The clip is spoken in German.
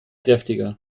kräftiger